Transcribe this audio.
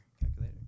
calculator